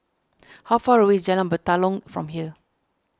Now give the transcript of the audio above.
how far away is Jalan Batalong from here